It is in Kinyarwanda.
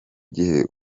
gihe